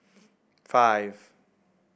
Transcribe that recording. five